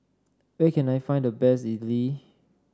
where can I find the best idly